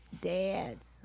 dad's